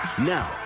Now